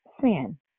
sin